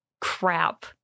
crap